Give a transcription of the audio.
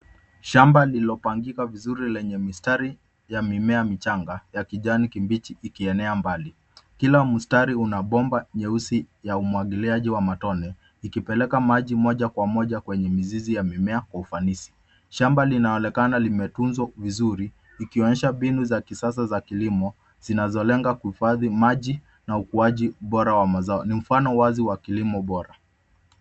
Shamba lililopangika vizuri lenye mistari ya mimea michanga ya kijani kibichi ikienea mbali. Kila mstari una bomba nyeusi ya umwagiliaji wa matone ikipeleka maji moja kwa moja kwenye mizizi ya mimea kwa ufanisi. Shamba linaonekana limetunzwa vizuri, ikionyesha mbinu za kisasa za kilimo zinazolenga kuhifadhi maji na ukuaji bora wa mazao. Ni mfano wazi wa kilimo bora.